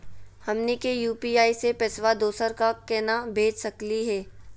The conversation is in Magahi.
हमनी के यू.पी.आई स पैसवा दोसरा क केना भेज सकली हे?